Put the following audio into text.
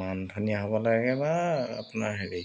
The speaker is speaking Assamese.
মানধনিয়া হ'ব লাগে বা আপোনাৰ হেৰি